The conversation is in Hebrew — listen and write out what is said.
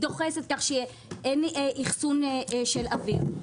היא דוחסת כך שאין אחסון של אוויר.